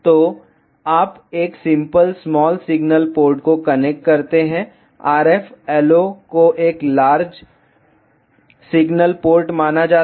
तो आप एक सिंपल स्मॉल सिग्नल पोर्ट को कनेक्ट करते हैं RF LO को एक लार्ज सिग्नल पोर्ट माना जाता है